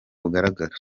bugaragara